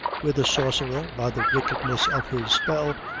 where the sorcerer, by the wickedness of his spell,